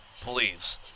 Please